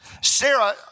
Sarah